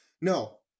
No